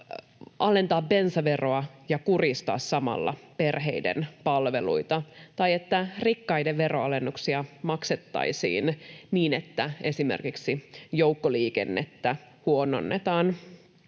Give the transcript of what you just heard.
alentaa bensaveroa ja kurjistaa samalla perheiden palveluita tai että rikkaiden veronalennuksia maksettaisiin niin, että esimerkiksi joukkoliikennettä huononnetaan.